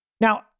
Now